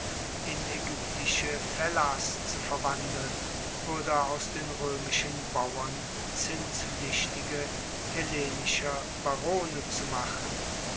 in aegyptische fellahs zu verwandeln oder aus den roemischen bauern zinspflichtige hellenischer barone zu machen